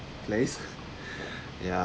place ya